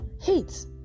hate